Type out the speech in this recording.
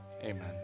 amen